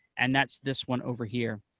and that's this one over here.